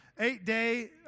eight-day